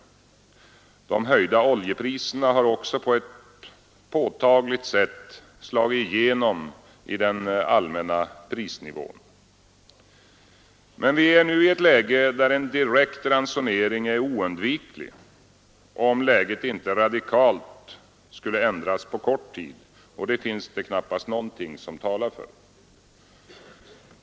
De höjda oljepriserna har också på ett påtaligt sätt slagit genom i den allmänna prisnivån. Men vi är nu i ett läge där en direkt ransonering är oundviklig, om läget inte radikalt skulle ändras på kort tid — och det finns det knappast något som talar för.